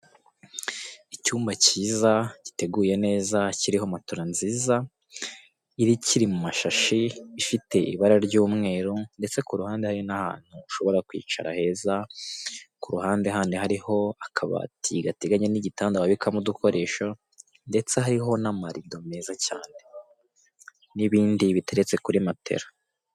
Icyumba cyiza giteguye neza kiriho matora nziza iri kiri mu mashashi ifite ibara ry'umweru, ndetse ku hande hari n'ahantu ha ushobora kwicara heza, ku ruhande handi hariho akabati gateganye n'igitanda wabikamo udukoresho ndetse hariho n'amarido meza cyane, n'ibindi biteretse kuri matera